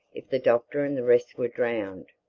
if the doctor and the rest were drowned?